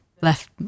Left